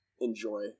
enjoy